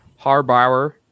Harbauer